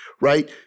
Right